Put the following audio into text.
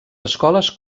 escoles